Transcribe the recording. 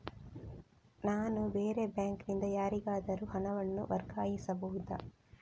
ನಾನು ಬೇರೆ ಬ್ಯಾಂಕ್ ನಿಂದ ಯಾರಿಗಾದರೂ ಹಣವನ್ನು ವರ್ಗಾಯಿಸಬಹುದ?